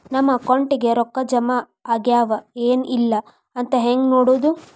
ನಮ್ಮ ಅಕೌಂಟಿಗೆ ರೊಕ್ಕ ಜಮಾ ಆಗ್ಯಾವ ಏನ್ ಇಲ್ಲ ಅಂತ ಹೆಂಗ್ ನೋಡೋದು?